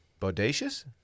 Bodacious